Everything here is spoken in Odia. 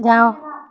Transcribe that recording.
ଯାଅ